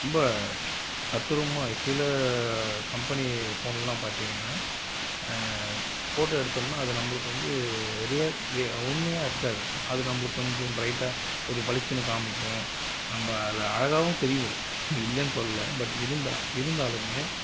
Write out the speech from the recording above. ரொம்ப தத்ரூபமாக சில கம்பனி ஃபோனெலாம் பார்த்திங்கன்னா ஃபோட்டோ எடுத்தோம்னால் அதை நம்மளுக்கு வந்து உண்மையாக இருக்காது அது நம்மளுக்கு கொஞ்சம் ப்ரைட்டாக ஒரு பளிச்சுனு காமிக்கும் நம்மள அழகாகவும் தெரிவோம் இல்லைனு சொல்லலை பட் இருந்தா இருந்தாலுமே